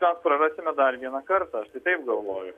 mes prarasime dar vieną kartą aš tai taip galvoju